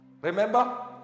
Remember